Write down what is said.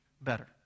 better